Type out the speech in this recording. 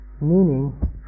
meaning